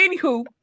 anywho